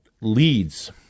leads